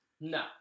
No